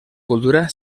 cultura